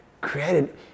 created